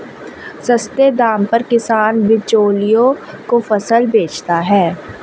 सस्ते दाम पर किसान बिचौलियों को फसल बेचता है